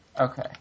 Okay